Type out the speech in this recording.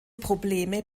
probleme